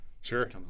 sure